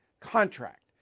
contract